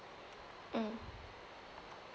mm